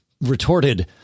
retorted